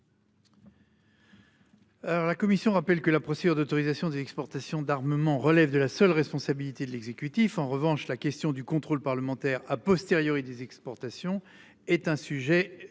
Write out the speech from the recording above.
la commission rappelle que la procédure d'autorisation des exportations d'armement relève de la seule responsabilité de l'exécutif. En revanche, la question du contrôle parlementaire a posteriori des exportations est un sujet